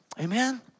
Amen